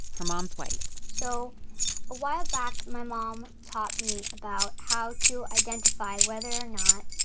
her mom's white so a while back, my mom taught me about how to identify whether or not